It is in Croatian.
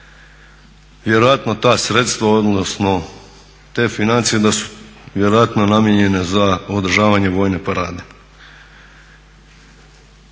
vjerojatno ta sredstva odnosno te financije da su vjerojatno namijenjene za održavanje vojne parade.